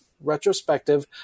retrospective